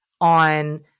on